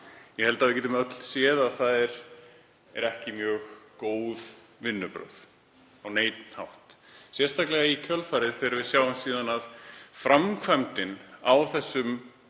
Ég held að við getum öll séð að það eru ekki mjög góð vinnubrögð á neinn hátt, sérstaklega í kjölfarið þegar við sjáum að framkvæmdin á þessum